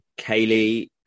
Kaylee